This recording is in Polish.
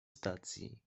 stacji